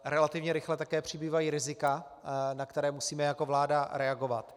Relativně rychle také přibývají rizika, na která musíme jako vláda reagovat.